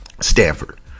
Stanford